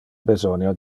besonio